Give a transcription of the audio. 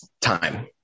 time